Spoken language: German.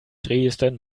dresden